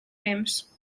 temps